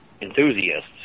enthusiasts